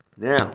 Now